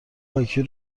پاکی